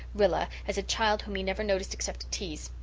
rilla, as a child whom he never noticed except to tease.